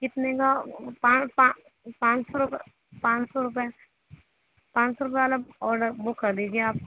کتنے کا پانچ سو روپیے پانچ سو روپیے پانچ سو روپیے والا آڈر بک کر دیجیے آپ